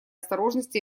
осторожность